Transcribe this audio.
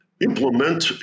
Implement